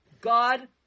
God